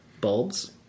bulbs